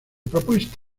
propuesto